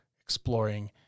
exploring